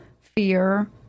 fear